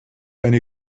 eine